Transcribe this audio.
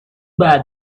bad